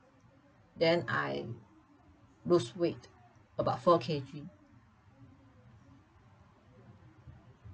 then I lose weight about four K_G